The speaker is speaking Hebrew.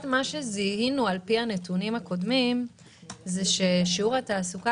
זיהינו על פי הנתונים הקודמים ששיעור התעסוקה